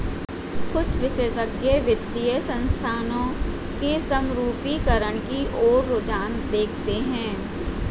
कुछ विशेषज्ञ वित्तीय संस्थानों के समरूपीकरण की ओर रुझान देखते हैं